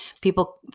people